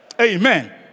Amen